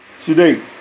today